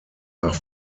nach